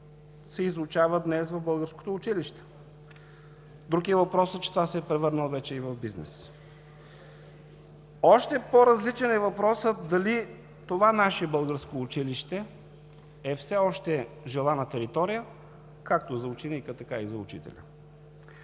се изучава днес в българското училище. Друг е въпросът, че това се е превърнало вече и в бизнес. Още по-различен е въпросът дали това наше българско училище е все още желана територия – както за ученика, така и за учителя.